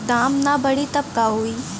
दाम ना बढ़ी तब का होई